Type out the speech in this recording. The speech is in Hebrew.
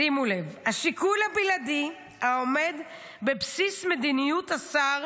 שימו לב: השיקול הבלעדי העומד בבסיס מדיניות השר